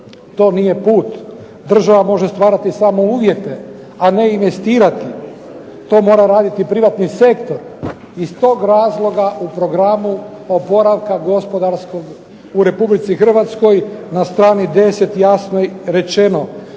To nije put. Država može stvarati samo uvjete, a ne investirati. To mora raditi privatni sektor. Iz tog razloga u Programu oporavku gospodarskog u Republici Hrvatskoj na strani 10 jasno je rečeno: